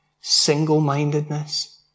single-mindedness